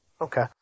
okay